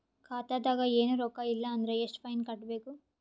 ಖಾತಾದಾಗ ಏನು ರೊಕ್ಕ ಇಲ್ಲ ಅಂದರ ಎಷ್ಟ ಫೈನ್ ಕಟ್ಟಬೇಕು?